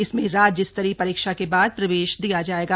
इसमें राज्य स्तरीय परीक्षा के बाद प्रवेश दिया जाएगा